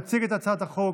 יציג את הצעת החוק